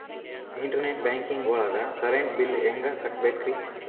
Internet banking ಒಳಗ್ current bill ಹೆಂಗ್ ಕಟ್ಟ್ ಬೇಕ್ರಿ?